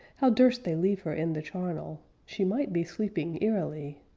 how durst they leave her in the charnel? she might be sleeping eerily!